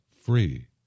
free